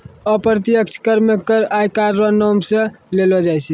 अप्रत्यक्ष कर मे कर आयकर रो नाम सं लेलो जाय छै